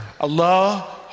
Allah